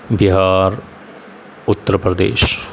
Bihar Uttar Pradesh